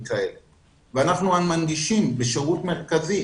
ואנחנו מנגישים בשירות מרכזי.